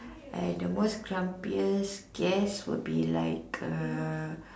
I had the most grumpiest guest would be like err